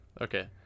Okay